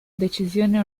decisione